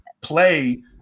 play